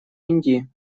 индии